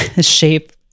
shape